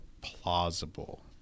plausible